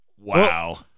Wow